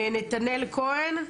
נתנאל כהן.